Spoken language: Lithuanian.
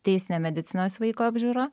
teisinė medicinos vaiko apžiūra